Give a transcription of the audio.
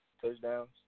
touchdowns